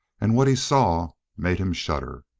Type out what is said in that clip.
and what he saw made him shudder.